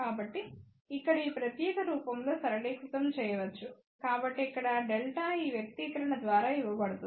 కాబట్టి ఇక్కడ ఈ ప్రత్యేక రూపంలో సరళీకృతం చేయవచ్చు కాబట్టి ఇక్కడ ∆ ఈ వ్యక్తీకరణ ద్వారా ఇవ్వబడుతుంది